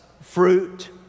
fruit